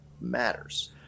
matters